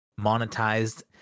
monetized